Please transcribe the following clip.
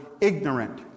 ignorant